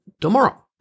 tomorrow